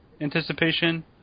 anticipation